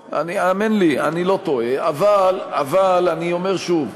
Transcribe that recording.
האמן לי, אני לא טועה, אבל אני אומר שוב,